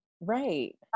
Right